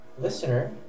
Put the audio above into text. listener